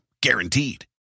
Guaranteed